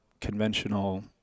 conventional